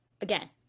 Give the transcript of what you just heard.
Again